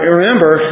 remember